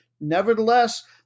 Nevertheless